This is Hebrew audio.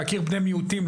להכיר בני מיעוטים,